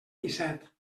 disset